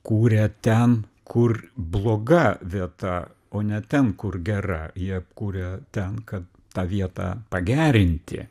kūrė ten kur bloga vieta o ne ten kur gera jie kūrė ten kad tą vietą pagerinti